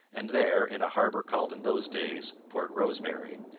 and there, in a harbor called in those days port rosemary,